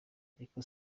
ariko